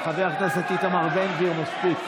חבר הכנסת איתמר בן גביר, מספיק.